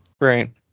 Right